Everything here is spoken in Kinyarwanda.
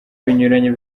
binyuranye